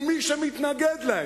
ומי שמתנגד להן,